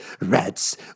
rats